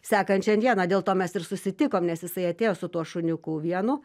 sekančią dieną dėl to mes ir susitikom nes jisai atėjo su tuo šuniuku vienu